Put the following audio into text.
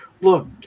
look